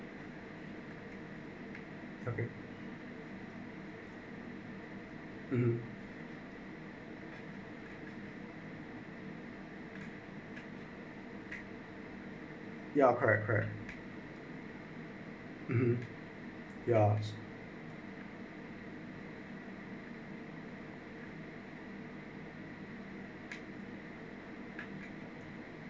okay mmhmm ya correct correct mmhmm ya